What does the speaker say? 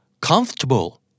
comfortable